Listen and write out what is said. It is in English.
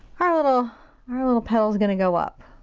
our little our little petal's gonna go up.